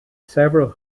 several